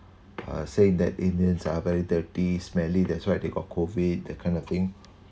uh say that indians are very dirty smelly that's why they got COVID that kind of thing